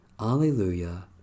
Alleluia